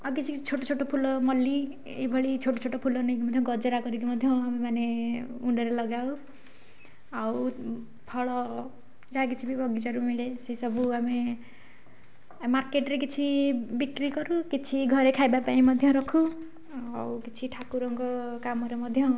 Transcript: ଆଉ କିଛି ଛୋଟ ଛୋଟ ଫୁଲ ମଲ୍ଲୀ ଏଇଭଳି ଛୋଟ ଛୋଟ ଫୁଲ ନେଇକି ମଧ୍ୟ ଗଜରା କରିକି ମଧ୍ୟ ଆମେମାନେ ମୁଣ୍ଡରେ ଲଗାଉ ଆଉ ଫଳ ଯାହାକିଛି ବି ବଗିଚାରୁ ମିଳେ ସେସବୁ ଆମେ ମାର୍କେଟରେ କିଛି ବିକ୍ରି କରୁ କିଛି ଘରେ ଖାଇବା ପାଇଁ ମଧ୍ୟ ରଖୁ ଆଉ କିଛି ଠାକୁରଙ୍କ କାମରେ ମଧ୍ୟ